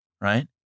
right